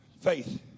Faith